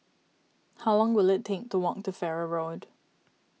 how long will it take to walk to Farrer Road